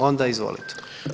Onda izvolite.